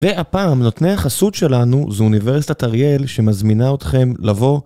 והפעם נותני החסות שלנו, זה אוניברסיטת אריאל שמזמינה אתכם לבוא.